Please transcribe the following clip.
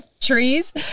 trees